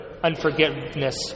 unforgiveness